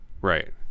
right